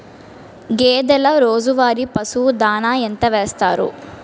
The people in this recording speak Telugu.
గేదెల రోజువారి పశువు దాణాఎంత వేస్తారు?